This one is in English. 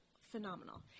phenomenal